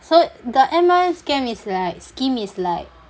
so the M_L_M scam is like scheme is like